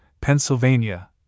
Pennsylvania